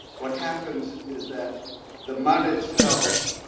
what happens is that the mud itself